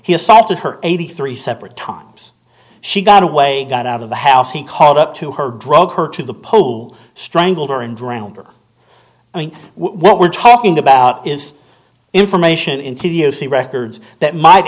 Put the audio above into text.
he assaulted her eighty three separate times she got away got out of the house he called up to her drug her to the pole strangled her and drowned her i mean what we're talking about is information in tediously records that might